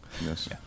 Yes